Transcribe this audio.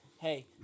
hey